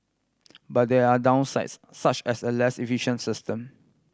but there are downsides such as a less efficient system